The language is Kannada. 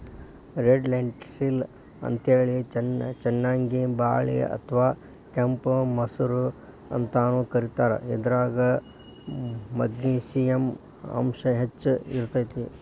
ರೆಡ್ ಲೆಂಟಿಲ್ಸ್ ಅಂತೇಳಿ ಚನ್ನಂಗಿ ಬ್ಯಾಳಿ ಅತ್ವಾ ಕೆಂಪ್ ಮಸೂರ ಅಂತಾನೂ ಕರೇತಾರ, ಇದ್ರಾಗ ಮೆಗ್ನಿಶಿಯಂ ಅಂಶ ಹೆಚ್ಚ್ ಇರ್ತೇತಿ